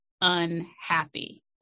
unhappy